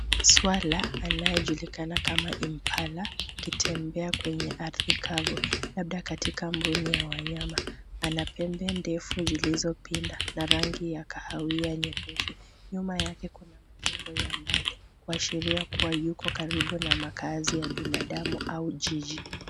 Swala anayejulikana kama impala ,akitembea kwenye ardhi kavu labda katika mbuga ya wanyama. Ana pembe ndefu zilizopinda na rangi ya kahawia nyepesi. Nyuma yake kuna majengo ya mbali kuashiria kuwa yuko karibu na makaazi ya binadamu au jiji.